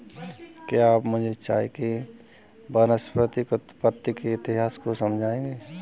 क्या आप मुझे चाय के वानस्पतिक उत्पत्ति के इतिहास को समझाएंगे?